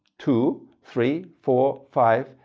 two, three, four, five,